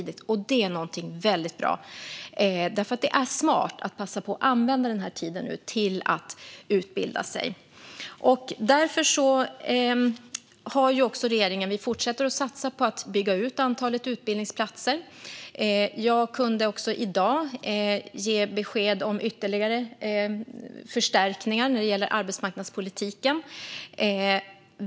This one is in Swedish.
Det är någonting väldigt bra, för det är smart att passa på att använda tiden till att utbilda sig. Regeringen fortsätter att satsa på att bygga ut antalet utbildningsplatser. Jag kunde i dag också ge besked om ytterligare förstärkningar när det gäller arbetsmarknadspolitiken.